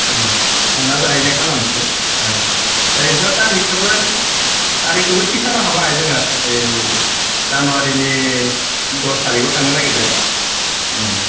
संना जाहैनाय खालामसै ओरैनो थ' थारिख खौबो थारिख खौबो थिख खालामखाबाय जोङो ओइ जानुवारिनि दस थारिख आव थांनो नागिरदों